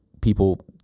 people